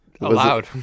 Allowed